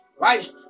right